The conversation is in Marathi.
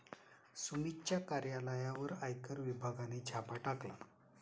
सुमितच्या कार्यालयावर आयकर विभागाने छापा टाकला